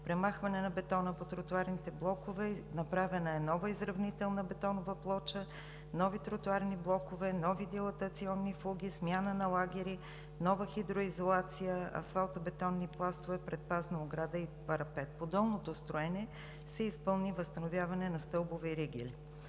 премахване на бетона по тротоарните блокове. Направена е нова изравнителна бетонова плоча, нови тротоарни блокове, нови дилатационни фуги, смяна на лагери, нова хидроизолация, асфалтобетонни пластове, предпазна ограда и парапет. По долното строене се изпълни възстановяване на стълбове и вериги.